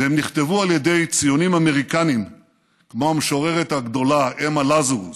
והם נכתבו על ידי ציונים אמריקנים כמו המשוררת הגדולה אמה לזרוס